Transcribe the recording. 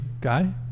guy